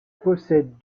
possède